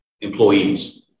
employees